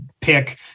pick